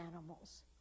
animals